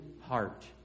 heart